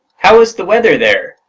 how was the weather there?